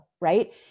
right